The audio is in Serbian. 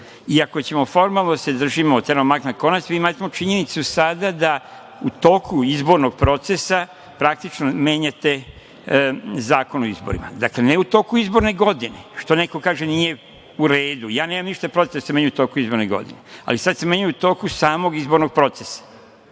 Ako ćemo formalno da se držimo, teramo mak na konac, imamo činjenicu sada da u toku izbornog procesa praktično menjate Zakon o izborima. Dakle, ne u toku izborne godine, što neko kaže da nije u redu, ja nemam ništa protiv da se menjaju u toku izborne godine, ali sada se menjaju u toku samog izbornog procesa. Ne